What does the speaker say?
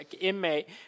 inmate